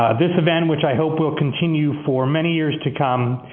ah this event, which i hope will continue for many years to come,